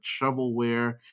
shovelware